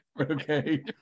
Okay